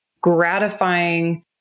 gratifying